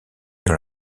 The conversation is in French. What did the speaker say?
dans